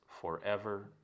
forever